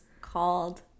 called